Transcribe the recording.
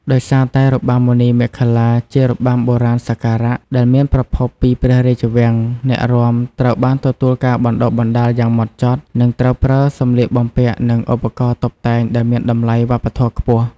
ដោយសារតែរបាំមុនីមាឃលា ជារបាំបុរាណសក្ការៈដែលមានប្រភពពីព្រះរាជវាំង អ្នករាំត្រូវបានទទួលការបណ្តុះបណ្តាលយ៉ាងម៉ត់ចត់ និងត្រូវប្រើសម្លៀកបំពាក់ និងឧបករណ៍តុបតែងដែលមានតម្លៃវប្បធម៌ខ្ពស់។